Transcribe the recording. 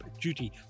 duty